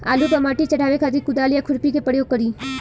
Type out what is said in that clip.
आलू पर माटी चढ़ावे खातिर कुदाल या खुरपी के प्रयोग करी?